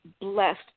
blessed